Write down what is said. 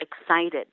excited